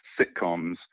sitcoms